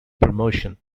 promotion